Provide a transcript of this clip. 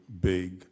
big